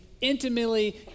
intimately